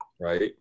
Right